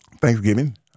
Thanksgiving